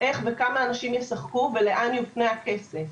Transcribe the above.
איך וכמה אנשים ישחקו ולאן יופנה הכסף.